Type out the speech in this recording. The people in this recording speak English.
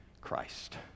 Christ